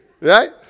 right